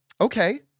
Okay